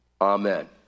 Amen